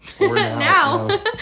Now